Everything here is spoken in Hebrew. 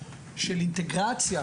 של אינטגרציה